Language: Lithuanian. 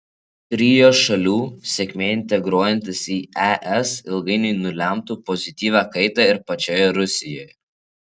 trio šalių sėkmė integruojantis į es ilgainiui nulemtų pozityvią kaitą ir pačioje rusijoje